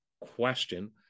question